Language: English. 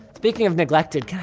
speaking of neglected. can i.